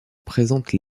présente